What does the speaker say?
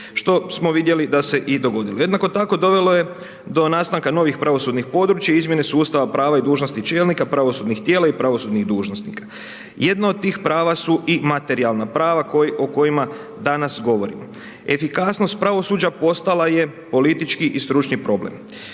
što smo vidjeli da se i dogodilo. Jednako tako dovelo je do nastanka novih pravosudnih područja, izmjene su Ustava, prava i dužnosti čelnika, pravosudnih tijela i pravosudnih dužnosnika. Jedno od tih prava su i materijalna prava o kojima danas govorimo. Efikasnost pravosuđa postala je politički i stručni problem.